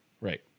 Right